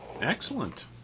Excellent